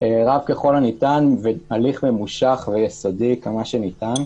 רב ככל הניתן בהליך ממושך וסדיר כמה שניתן.